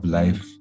life